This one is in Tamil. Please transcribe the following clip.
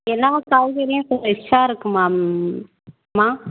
எல்லா காய்கறியும் ஃப்ரெஷாக இருக்குமாம்மா